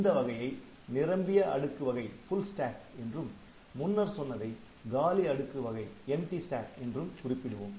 இந்த வகையை நிரம்பிய அடுக்கு வகை என்றும் முன்னர் சொன்னதை காலி அடுக்கு வகை என்றும் குறிப்பிடுவோம்